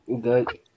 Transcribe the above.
good